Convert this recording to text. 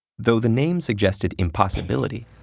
though the name suggested impossibility,